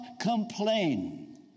complain